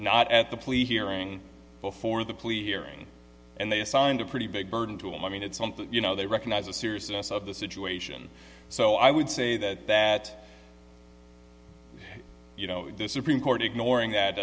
not at the police hearing before the police hearing and they assigned a pretty big burden to him i mean it's something you know they recognize the seriousness of the situation so i would say that that you know if this supreme court ignoring that